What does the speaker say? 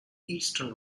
eastern